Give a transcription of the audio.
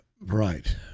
Right